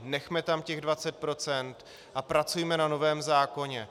Nechme tam těch 20 % a pracujme na novém zákoně.